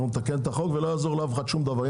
נתקן את החוק ולא יעזור לאף אחד שום דבר.